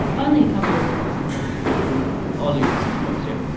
only a couple of drops of balsamic vinegar. only a couple of drops, yeah.